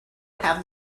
have